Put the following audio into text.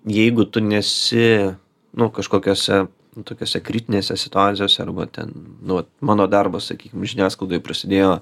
jeigu tu nesi nu kažkokiose tokiose kritinėse situacijose arba ten nu vat mano darbas sakykim žiniasklaidoj prasidėjo